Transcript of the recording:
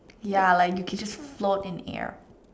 ya like you could just float in air